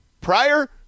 prior